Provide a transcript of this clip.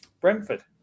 Brentford